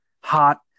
hot